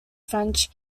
french